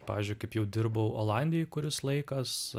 pavyzdžiui kaip jau dirbau olandijoj kuris laikas